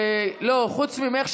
חוץ ממך,